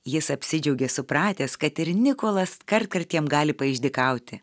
jis apsidžiaugė supratęs kad ir nikolas kartkartėm gali paišdykauti